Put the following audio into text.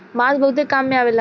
बांस बहुते काम में अवेला